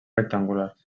rectangulars